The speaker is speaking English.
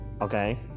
Okay